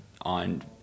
on